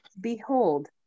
Behold